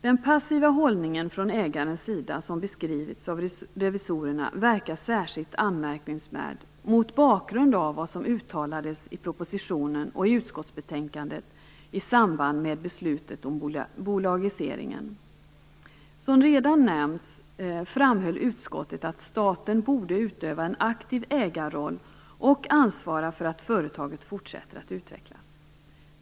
Den passiva hållning från ägarens sida som har beskrivits av revisorerna verkar särskilt anmärkningsvärd, mot bakgrund av vad som uttalades i propositionen och i utskottsbetänkandet i samband med beslutet om bolagiseringen. Som redan nämnts framhöll utskottet att staten borde utöva en aktiv ägarroll och ansvara för att företaget fortsätter att utvecklas.